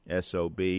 SOB